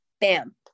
Bam